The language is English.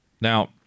Now